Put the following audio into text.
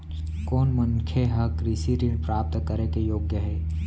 कोन मनखे ह कृषि ऋण प्राप्त करे के योग्य हे?